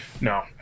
No